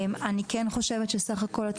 אני כן חושבת שסך הכל,